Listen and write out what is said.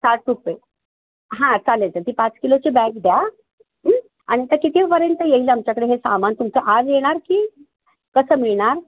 साठ रुपये हां चालेल ते ती पाच किलोची बॅग द्या आणि ते कितीपर्यंत येईल आमच्याकडे हे सामान तुमचं आज येणार की कसं मिळणार